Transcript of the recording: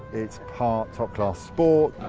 it's part top-class sport.